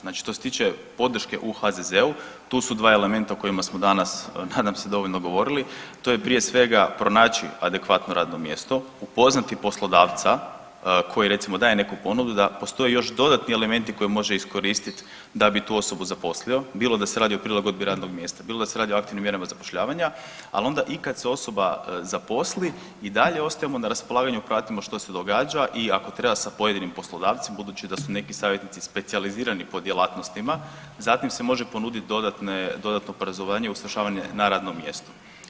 Znači što se tiče podrške u HZZ-u tu su dva elementa o kojima smo danas nadam se dovoljno govorili, to je prije svega pronaći adekvatno radno mjesto, upoznati poslodavca koji recimo daje neku ponudu da postoji još dodatni elementi koje može iskoristiti da bi tu osobu zaposlio, bilo da se radi o prilagodbi radnog mjesta, bilo da se radi o aktivnim mjerama zapošljavanja, ali onda i kad se osoba zaposli i dalje ostajemo na raspolaganju i pratimo što se događa i ako treba sa pojedinim poslodavcima budući da su neki savjetnici specijalizirani po djelatnostima zatim se može ponudit dodatno obrazovanje i usavršavanje na radnom mjestu.